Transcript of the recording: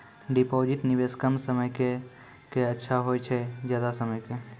Deposit निवेश कम समय के के अच्छा होय छै ज्यादा समय के?